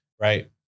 right